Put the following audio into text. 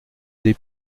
des